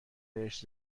بهش